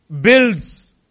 builds